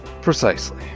Precisely